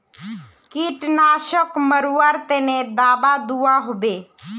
कीटनाशक मरवार तने दाबा दुआहोबे?